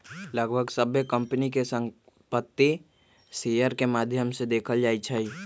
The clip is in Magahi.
लगभग सभ्भे कम्पनी के संपत्ति शेयर के माद्धम से देखल जाई छई